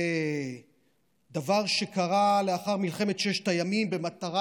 זה דבר שקרה לאחר מלחמת ששת הימים במטרה